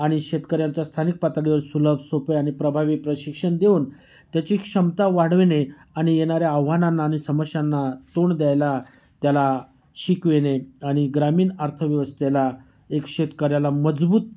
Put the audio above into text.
आणि शेतकऱ्यांच्या स्थानिक पातळीवर सुलभ सोपे आणि प्रभावी प्रशिक्षण देऊन त्याची क्षमता वाढविणे आणि येणाऱ्या आह्वानांना आनि समस्यांना तोंड द्यायला त्याला शिकविणे आणि ग्रामीण अर्थव्यवस्थेला एक शेतकऱ्याला मजबूत